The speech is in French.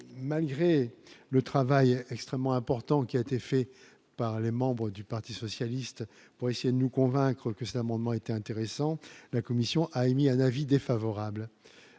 malgré le travail extrêmement important qui a été fait par les membres du Parti socialiste, pour essayer de nous convaincre que cet amendement était intéressante, la commission a émis un avis défavorable